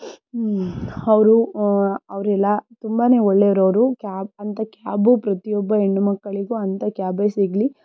ಅವರು ಅವರೆಲ್ಲ ತುಂಬಾನೇ ಒಳ್ಳೆಯವರು ಅವರು ಕ್ಯಾ ಅಂಥ ಕ್ಯಾಬ್ ಪ್ರತಿಯೊಬ್ಬ ಹೆಣ್ಣುಮಕ್ಕಳಿಗೂ ಅಂಥ ಕ್ಯಾಬೇ ಸಿಗಲಿ